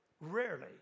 rarely